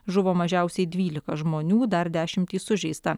žuvo mažiausiai dvylika žmonių dar dešimtys sužeista